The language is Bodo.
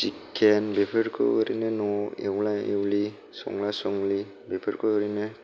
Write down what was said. चिकेन बेफोरखौ ओरैनो न'आव एवला एवलि संला संलि बेफोरखौ ओरैनो